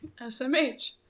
SMH